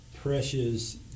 precious